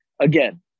Again